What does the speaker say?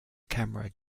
camera